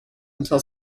until